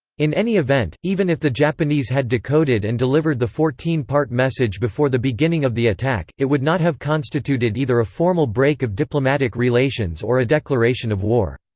in any event, even if the japanese had decoded and delivered the fourteen part message before the beginning of the attack, it would not have constituted either a formal break of diplomatic relations or a declaration of war.